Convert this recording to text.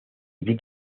big